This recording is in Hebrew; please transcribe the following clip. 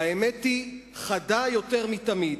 והאמת היא חדה יותר מתמיד.